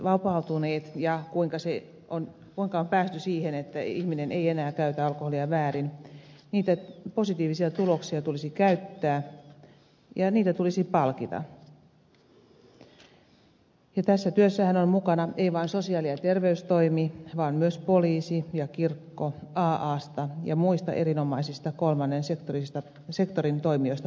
väärinkäytöstä vapautumisia ja sitä kuinka on päästy siihen että ihminen ei enää käytä alkoholia väärin positiivisia tuloksia tulisi käyttää ja niitä tulisi palkita ja tässä työssähän ovat mukana eivät vain sosiaali ja terveystoimi vaan myös poliisi ja kirkko aasta ja muista erinomaisista kolmannen sektorin toimijoista puhumattakaan